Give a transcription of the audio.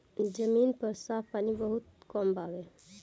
जमीन पर साफ पानी बहुत कम बावे